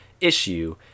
issue